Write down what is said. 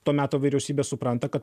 to meto vyriausybė supranta kad